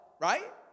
right